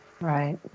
Right